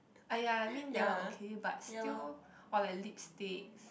!aiya! mean that one okay but still or like lipsticks